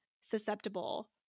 susceptible